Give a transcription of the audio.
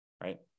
right